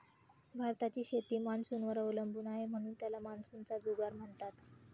भारताची शेती मान्सूनवर अवलंबून आहे, म्हणून त्याला मान्सूनचा जुगार म्हणतात